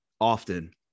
often